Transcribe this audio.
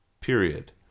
Period